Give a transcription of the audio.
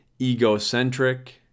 egocentric